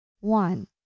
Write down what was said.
One